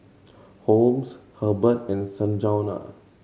Holmes Herbert and Sanjuana